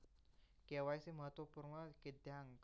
KYC महत्त्वपुर्ण किद्याक?